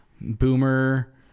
boomer